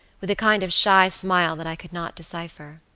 with a kind of shy smile that i could not decipher.